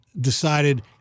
decided